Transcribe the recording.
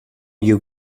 you